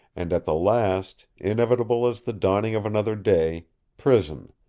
and at the last, inevitable as the dawning of another day prison,